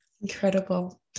Incredible